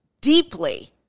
deeply